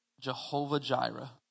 Jehovah-Jireh